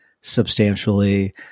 substantially